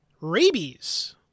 rabies